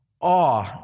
awe